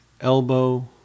elbow